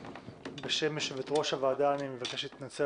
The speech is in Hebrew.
בשם יושבת ראש הוועדה אני מבקש להתנצל